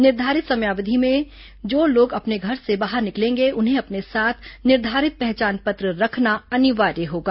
निर्धारित समयावधि में भी जो लोग अपने घर से बाहर निकलेंगे उन्हें अपने साथ निर्धारित पहचान पत्र रखना अनिवार्य होगा